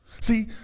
See